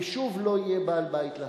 ושוב לא יהיה בעל-בית להר.